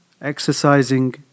Exercising